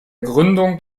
gründung